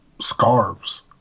scarves